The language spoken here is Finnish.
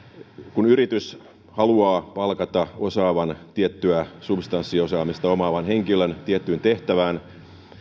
kun yritys haluaa palkata osaavan tiettyä substanssiosaamista omaavan henkilön tiettyyn tehtävään